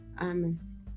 Amen